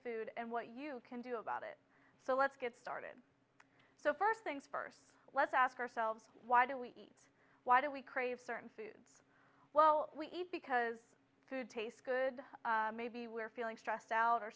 food and what you can do about it so let's get started so first things first let's ask ourselves why do we eat why do we crave certain foods well we eat because food tastes good maybe we're feeling stressed out or